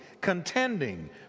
contending